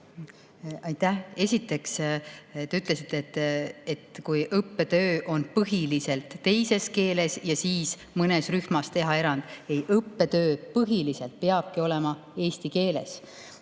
Aitäh! Esiteks, te ütlesite, et õppetöö on põhiliselt teises keeles ja mõnes rühmas tehakse erand. Ei, õppetöö põhiliselt peabki olema eesti keeles.